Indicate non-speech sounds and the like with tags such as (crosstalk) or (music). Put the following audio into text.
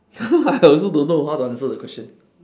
(laughs) I also don't know how to answer the question